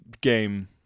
game